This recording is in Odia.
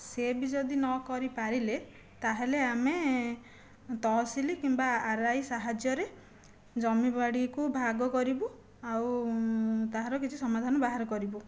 ସେ ବି ଯଦି ନ କରିପାରିଲେ ତାହେଲେ ଆମେ ତହସିଲ କିମ୍ବା ଆରଆଇ ସାହାଯ୍ୟରେ ଜମି ବାଡ଼ିକୁ ଭାଗ କରିବୁ ଆଉ ତାହାର କିଛି ସମାଧାନ ବାହାର କରିବୁ